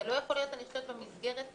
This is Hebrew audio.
אני חושבת שזה לא יכול להיות במסגרת הזו.